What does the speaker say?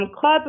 club